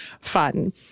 fun